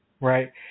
Right